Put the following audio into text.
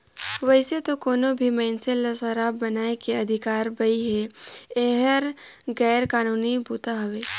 वइसे तो कोनो भी मइनसे ल सराब बनाए के अधिकार बइ हे, एहर गैर कानूनी बूता हवे